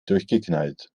durchgeknallt